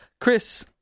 Chris